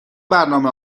برنامه